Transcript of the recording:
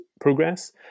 progress